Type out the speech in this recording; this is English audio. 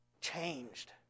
changed